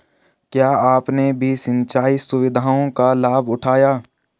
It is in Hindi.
क्या आपने भी सिंचाई सुविधाओं का लाभ उठाया